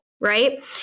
Right